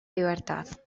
libertad